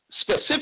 specific